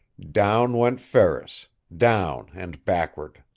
down went ferris down and backward.